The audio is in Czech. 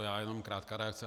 Já jen krátká reakce.